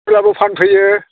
सानफ्रोमबो फानफैयो